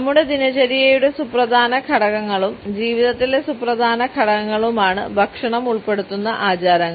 നമ്മുടെ ദിനചര്യയുടെ സുപ്രധാന ഘടകങ്ങളും ജീവിതത്തിലെ സുപ്രധാന ഘട്ടങ്ങളുമാണ് ഭക്ഷണം ഉൾപ്പെടുന്ന ആചാരങ്ങൾ